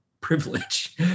privilege